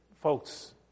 Folks